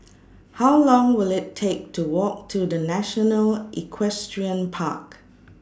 How Long Will IT Take to Walk to The National Equestrian Park